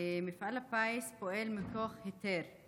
מפעל הפיס פועל מכוח היתר.